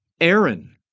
Aaron